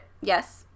Yes